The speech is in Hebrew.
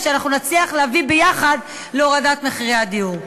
ושנצליח להביא ביחד להורדת מחירי הדיור.